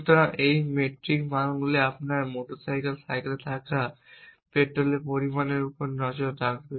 সুতরাং এই মেট্রিক মানগুলি আপনার মোটর সাইকেলে থাকা পেট্রোলের পরিমাণের উপর নজর রাখবে